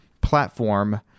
platform